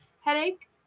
headache